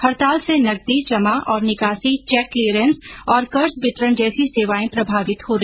हड़ताल से नकदी जमा और निकासी चैक क्लीरेंस और कर्ज वितरण जैसी सेवाए प्रभावित हो रहीं है